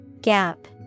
Gap